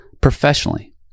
professionally